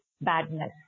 badness